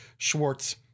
Schwartz